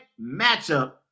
matchup